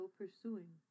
pursuing